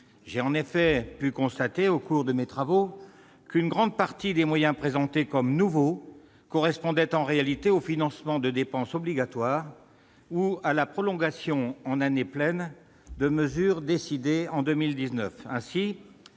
J'ai pu constater au cours de mes travaux qu'une grande partie des moyens présentés comme nouveaux correspondaient en réalité au financement de dépenses obligatoires ou à la prolongation, en année pleine, de mesures décidées en 2019.